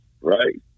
right